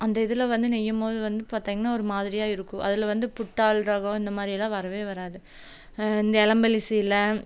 அந்த இதில் வந்து நெய்யும் போது வந்து பார்த்தீங்கனா ஒரு மாதிரியாக இருக்கும் அதில் வந்து புட்டா ரகம் இந்த மாதிரியெல்லாம் வரவே வராது இந்த எளம்பலிசில்ல